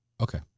Okay